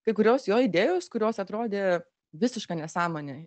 kai kurios jo idėjos kurios atrodė visiška nesąmonė